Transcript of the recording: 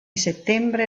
settembre